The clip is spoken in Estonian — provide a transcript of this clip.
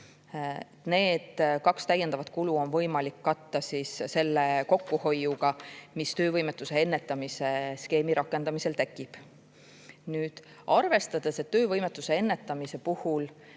Need kaks täiendavat kulu on võimalik katta tänu sellele kokkuhoiule, mis töövõimetuse ennetamise skeemi rakendamisel tekib. Arvestades, et töövõimetuse ennetamise puhul